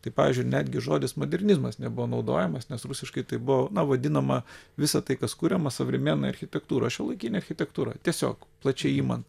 tai pavyzdžiui netgi žodis modernizmas nebuvo naudojamas nes rusiškai tai buvo na vadinama visa tai kas kuriama sovremenjaja architektūra šiuolaikinė architektūra tiesiog plačiai imant